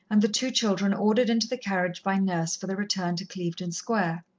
and the two children ordered into the carriage by nurse for the return to clevedon square.